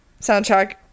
Soundtrack